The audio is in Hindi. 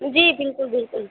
जी बिल्कुल बिल्कुल